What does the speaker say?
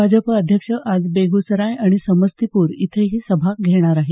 भाजप अध्यक्ष आज बेग्सराय आणि समस्तीपूर इथेही सभा घेणार आहेत